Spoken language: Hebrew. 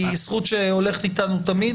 היא זכות שהולכת איתנו תמיד?